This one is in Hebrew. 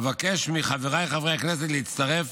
אבקש מחבריי חברי הכנסת להצטרף